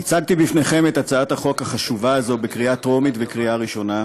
הצגתי לפניכם את הצעת החוק החשובה הזאת בקריאה טרומית ובקריאה ראשונה.